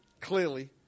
clearly